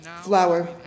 flour